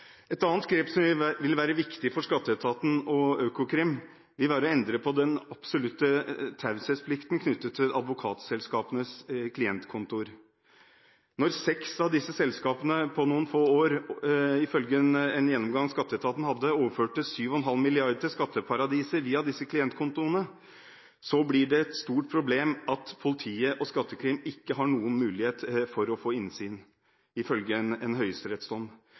Et annet grep som vil være viktig for skatteetaten og Økokrim, er å endre på den absolutte taushetsplikten knyttet til advokatselskapenes klientkontoer. Når seks av disse selskapene på noen få år, ifølge en gjennomgang skatteetaten hadde, overførte 7,5 mrd. kr til skatteparadiser via disse klientkontoene, blir det et stort problem at politiet og Skattekrim ifølge en høyesterettsdom ikke har noen mulighet for å få